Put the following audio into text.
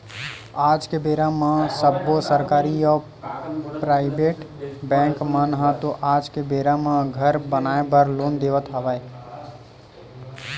आज के बेरा म सब्बो सरकारी अउ पराइबेट बेंक मन ह तो आज के बेरा म घर बनाए बर लोन देवत हवय